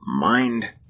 mind